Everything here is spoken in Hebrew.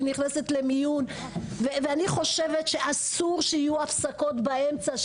היא נכנסת למיון ואני חושבת שאסור שיהיו הפסקות באמצע,